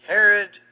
Herod